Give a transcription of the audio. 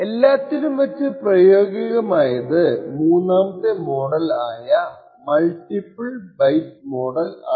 എല്ലാത്തിലും വച്ച് പ്രയോഗികമായത് മൂന്നാമത്തെ മോഡൽ ആയ മൾട്ടിപ്പിൾ ബൈറ്റ് മോഡൽ ആണ്